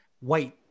white